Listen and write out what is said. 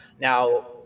Now